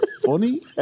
funny